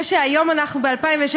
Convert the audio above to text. זה שהיום אנחנו ב-2016,